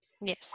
Yes